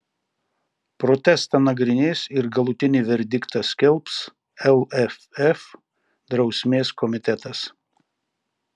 protestą nagrinės ir galutinį verdiktą skelbs lff drausmės komitetas